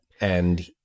And-